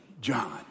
John